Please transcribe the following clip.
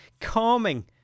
calming